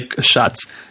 shots